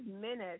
minutes